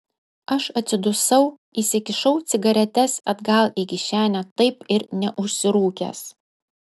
aš atsidusau įsikišau cigaretes atgal į kišenę taip ir neužsirūkęs